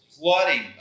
flooding